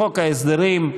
חוק ההסדרים,